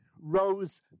rose